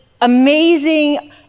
amazing